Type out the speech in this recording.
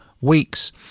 weeks